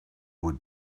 would